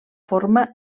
forma